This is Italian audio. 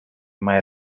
mai